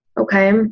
okay